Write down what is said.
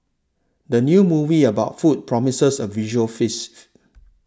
the new movie about food promises a visual feast